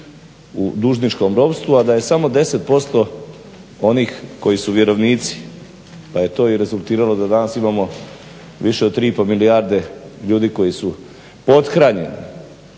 u dužničkom ropstvu, a da je samo 10% onih koji su vjerovnici, pa je to i rezultiralo da danas imamo više od 3,5 milijarde ljudi koji su pothranjeni